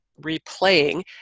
replaying